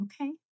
Okay